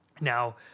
now